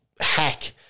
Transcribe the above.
hack